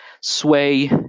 sway